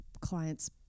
clients